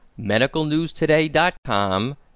MedicalNewsToday.com